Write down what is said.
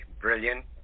brilliant